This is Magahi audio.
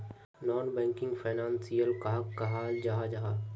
नॉन बैंकिंग फैनांशियल कहाक कहाल जाहा जाहा?